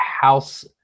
House